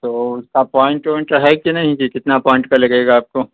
تو اس کا پوائنٹ اوائنٹ ہے کہ نہیں کہ کتنا پوائنٹ کا لگے گا آپ کو